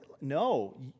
no